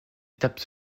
étape